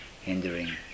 hindering